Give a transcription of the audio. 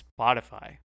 spotify